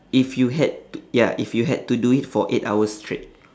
if you had t~ ya if you had to do it for eight hours straight